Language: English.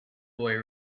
boy